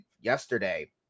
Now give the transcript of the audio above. yesterday